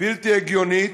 בלתי הגיונית,